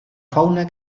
fauna